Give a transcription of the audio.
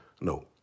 no